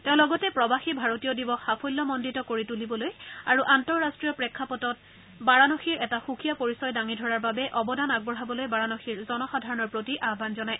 তেওঁ লগতে প্ৰৱাসী ভাৰতীয় দিৱস সাফল্যমণ্ডিত কৰি তূলিবলৈ আৰু আন্তঃৰাষ্টীয় প্ৰেক্ষাপটত বাৰানসীৰ এটা সুকীয়া পৰিচয় দাঙি ধৰাৰ বাবে অৱদান আগবঢ়াবলৈ বাৰানসীৰ জনসাধাৰণৰ প্ৰতি আহান জনায়